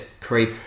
creep